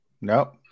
Nope